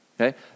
okay